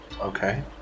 Okay